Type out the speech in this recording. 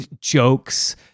jokes